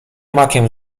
makiem